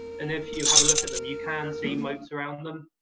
and if you have a look at them, you can see moats around them.